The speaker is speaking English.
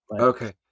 Okay